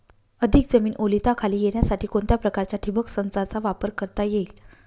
अधिक जमीन ओलिताखाली येण्यासाठी कोणत्या प्रकारच्या ठिबक संचाचा वापर करता येईल?